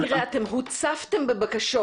אתם הוצפתם בבקשות.